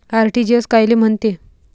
RTGS कायले म्हनते?